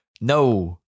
no